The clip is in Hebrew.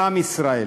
בעם ישראל.